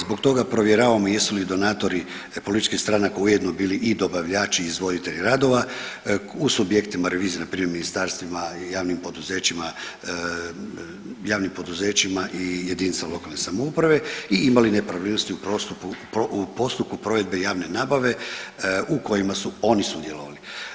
Zbog toga provjeravamo jesu li donatori političkih stranaka ujedno bili i dobavljači i izvoditelji radova u subjektima revizije, npr. ministarstvima i javnim poduzećima i jedinice lokalne samouprave i ima li nepravilnosti u postupku provedbe javne nabave u kojima su oni sudjelovali.